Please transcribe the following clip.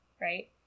right